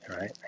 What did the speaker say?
right